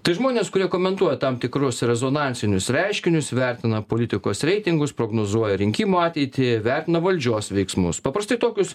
tai žmonės kurie komentuoja tam tikrus rezonansinius reiškinius vertina politikos reitingus prognozuoja rinkimų ateitį vertina valdžios veiksmus paprastai tokius